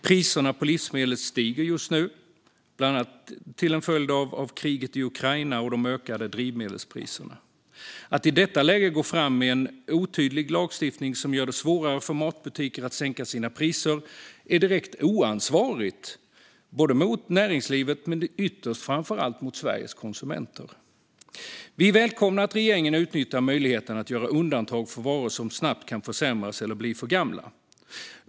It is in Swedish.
Priserna på livsmedel stiger just nu, bland annat till följd av kriget i Ukraina och de ökade drivmedelspriserna. Att i detta läge gå fram med en otydlig lagstiftning som gör det svårare för matbutiker att sänka sina priser är direkt oansvarigt både mot näringslivet och ytterst framför allt mot Sveriges konsumenter. Vi välkomnar att regeringen utnyttjar möjligheten att göra undantag för varor som snabbt kan försämras eller bli för gamla.